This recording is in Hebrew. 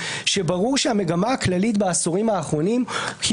שברור שהמגמה הכללית בעשורים האחרונים היא